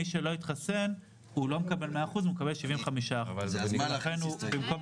מי שלא התחסן לא מקבל 100% אלא 75%. במקום